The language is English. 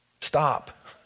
stop